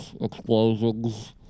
explosions